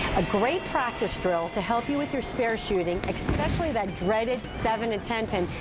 a great practice drill to help you with your spare shooting, especially that dreaded seven to ten pin,